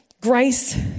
Grace